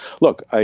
Look